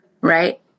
right